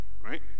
right